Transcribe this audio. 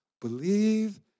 Believe